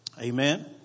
Amen